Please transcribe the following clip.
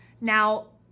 Now